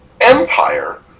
empire